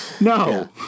no